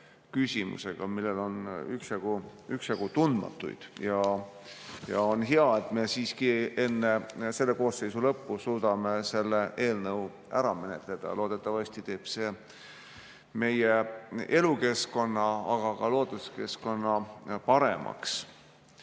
küsimusega, millel on üksjagu tundmatuid. On hea, et me siiski enne praeguse koosseisu lõppu suudame selle eelnõu ära menetleda. Loodetavasti teeb see meie elukeskkonna ja ka looduskeskkonna paremaks.